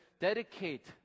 dedicate